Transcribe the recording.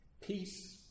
Peace